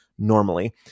Normally